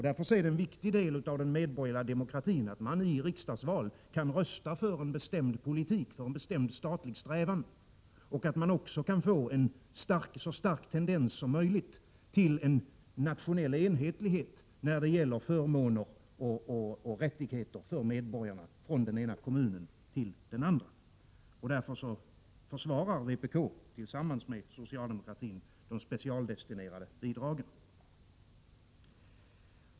Därför är det en viktig del av den medborgerliga demokratin att man i riksdagsval kan rösta för en bestämd politik, för en bestämd statlig strävan, och därmed kan få en så stark tendens som möjligt till en nationell enhetlighet när det gäller förmåner och rättigheter för medborgarna, från den ena kommunen till den andra. På grund härav försvarar vpk tillsammans med socialdemokraterna de specialdestinerade bidragen.